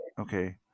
okay